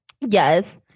Yes